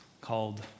called